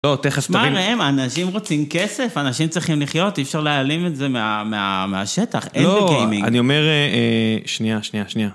אנשים רוצים כסף, אנשים צריכים לחיות, אי אפשר להעלים את זה מהשטח, איזה גיימינג. לא, אני אומר, שנייה, שנייה, שנייה.